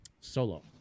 solo